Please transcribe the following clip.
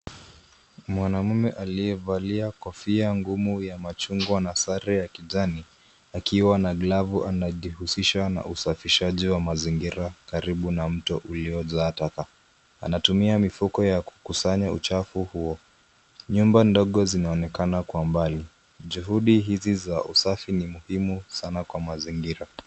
Mwanaume aliyevalia kofia ngumu ya machungwa na sare ya kijani akiwa na glovu, anajihusisha na usafishaji wa mazingira karibu na mto uliojaa taka. Anatumia mifuko ya kukusanya uchafu huo. Nyumba ndogo zinaonekana kwa mbali. Juhudi hizi za usafi ni muhimu sana kwa mazingira.